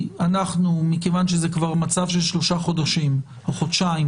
מכיוון שזה כבר מצב של 3 חודשים או חודשיים